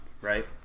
right